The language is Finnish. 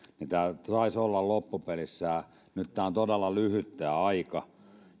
niin tämä saisi olla loppupelissä nyt tämä on todella lyhyt aika